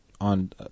on